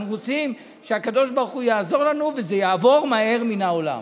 אנחנו רוצים שהקדוש ברוך הוא יעזור לנו וזה יעבור מהר מן העולם.